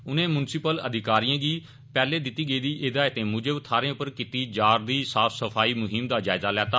उनें म्यूनिसिपल अधिकारिएं गी पैहले दिती गेदी हिदायतें मुजब थाहरें पर कीती जा रदी साफ सफाई मुहिम दा जायजा लैता